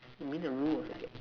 you mean the rule was like